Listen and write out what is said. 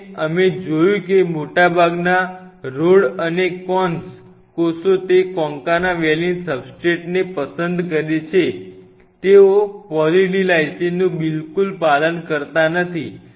અને અમે જોયું કે મોટાભાગના રૉડ અને કોન્સ કોષો તે કોન્કાના વેલીન સબસ્ટ્રેટને પસંદ કરે છે તેઓ પોલી D લાઇસિનનું બિલકુલ પાલન કરતા નથી